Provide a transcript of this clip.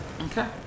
Okay